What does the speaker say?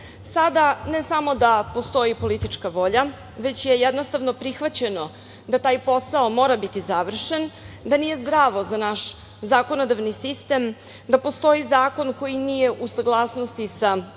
ne samo da postoji politička volja, već je jednostavno prihvaćeno da taj posao mora biti završen, da nije zdravo za naš zakonodavni sistem, da postoji zakon koji nije u saglasnosti sa Ustavom